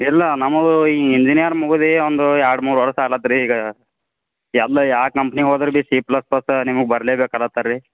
ಇಲ್ಲ ನಮ್ಮದು ಈಗ ಇಂಜಿನಿಯರ್ ಮುಗಿದು ಒಂದು ಎರಡು ಮೂರು ವರ್ಷ ಅಲಾತ್ರೀ ಈಗ ಎಲ್ಲ ಯಾವ ಕಂಪ್ನಿ ಹೋದ್ರ್ ಬಿ ಸಿ ಪ್ಲಸ್ ಪ್ಲಸ್ ನಿಮಗೆ ಬರಲೇ ಬೇಕು ಅಲಾತ್ತಾರ್ರೀ